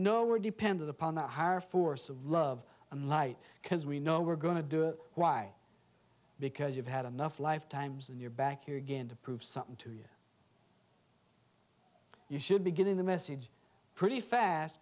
know we're dependent upon the higher force of love and light because we know we're going to do it why because you've had enough lifetimes and you're back here again to prove something to us you should be getting the message pretty fast